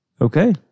Okay